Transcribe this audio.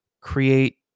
create